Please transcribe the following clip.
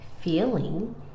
feeling